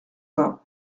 vingt